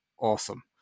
awesome